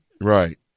Right